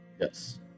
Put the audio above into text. Yes